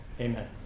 Amen